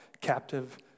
captive